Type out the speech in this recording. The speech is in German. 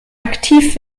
aktiv